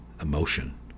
emotion